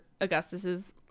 augustus's